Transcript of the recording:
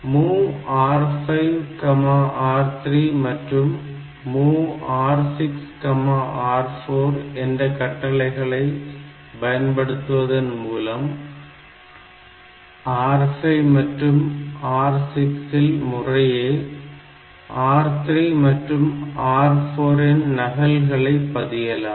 MOV R5R3 மற்றும் MOV R6 R4 என்ற கட்டளைகளை பயன்படுத்துவதன் மூலம் R5 மற்றும் R6 இல் முறையே R3 மற்றும் R4 இன் நகல்களை பதியலாம்